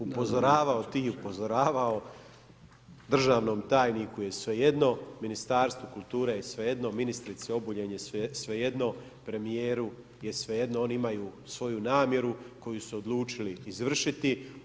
Upozoravao ti, upozoravao, državnom tajniku je svejedno, Ministarstvu kulture je svejedno, ministrici Obuljen je svejedno, premijer je svejedno, oni imaju svoju namjeru koju su odlučili izvršiti.